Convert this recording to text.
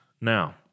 Now